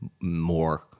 more